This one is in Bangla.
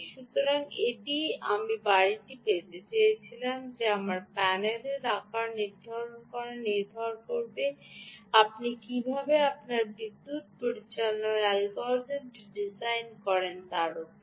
সুতরাং এটিই আমি বাড়িটি পেতে চেয়েছিলাম যে আপনার প্যানেলের আকার নির্ধারণ করা নির্ভর করবে আপনি কীভাবে আপনার বিদ্যুৎ পরিচালনার অ্যালগরিদম ডিজাইন করেন তার উপর